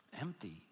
empty